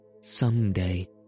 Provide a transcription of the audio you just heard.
Someday